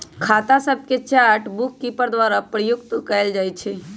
खता सभके chart bookkeeper द्वारा प्रयुक्त कएल जाइ छइ